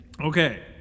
Okay